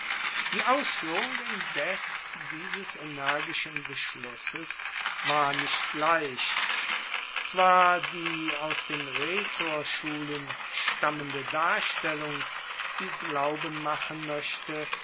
die ausfuehrung indes dieses energischen beschlusses war nicht leicht zwar die aus den rhetorschulen stammende darstellung die glauben machen moechte